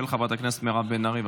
של חברת הכנסת מירב בן ארי.